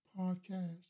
Podcast